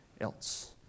else